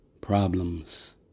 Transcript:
problems